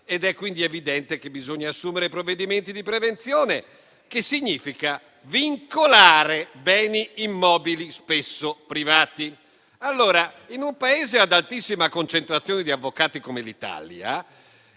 ed è quindi evidente che bisogna assumere provvedimenti di prevenzione, il che significa vincolare beni immobili spesso privati. Tuttavia, in un Paese ad altissima concentrazione di avvocati come l'Italia